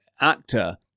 actor